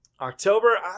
October